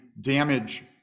damage